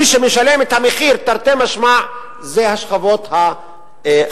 מי שמשלם את המחיר תרתי משמע זה השכבות החלשות.